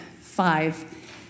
five